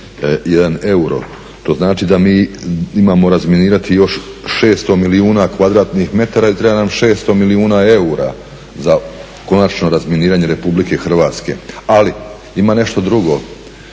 euro, to znači da mi imamo razminirati još 600 milijuna kvadratnih metara i treba nam 600 milijuna eura za konačno razminiranje RH. Ali, ima nešto drugo,